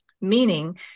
meaning